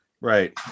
Right